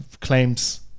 claims